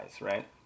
right